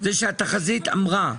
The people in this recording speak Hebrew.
שהתחזית אמרה,